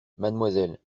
mademoiselle